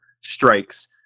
strikes